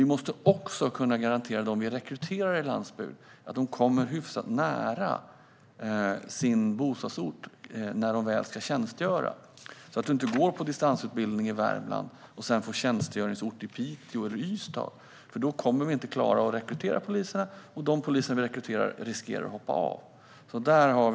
Vi måste också kunna garantera dem vi rekryterar på landsbygden att de kommer hyfsat nära sin bostadsort när de väl ska tjänstgöra så att man inte går på distansutbildning i Värmland och sedan får Piteå eller Ystad som tjänstgöringsort. Då kommer vi inte att klara att rekrytera tillräckligt många poliser, och vi riskerar att de poliser som vi rekryterar hoppar av.